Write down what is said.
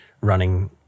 running